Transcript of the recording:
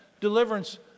deliverance